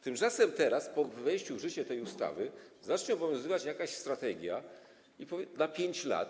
Tymczasem teraz, po wejściu w życie tej ustawy, zacznie obowiązywać jakaś strategia na 5 lat.